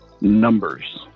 numbers